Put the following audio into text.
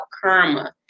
karma